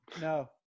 No